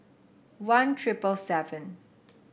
one triple seven